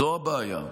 זו הבעיה.